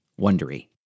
Wondery